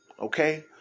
Okay